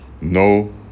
No